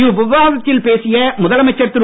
இவ்விவாதத்தில் பேசிய முதலமைச்சர் திரு